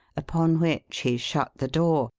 upon which he shut the door,